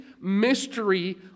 mystery